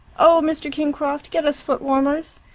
oh, mr. kingcroft, get us foot-warmers.